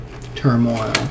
turmoil